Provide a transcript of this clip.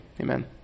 Amen